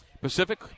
Pacific